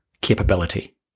capability